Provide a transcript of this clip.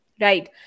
right